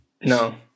no